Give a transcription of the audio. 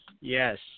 Yes